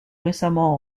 récemment